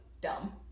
dumb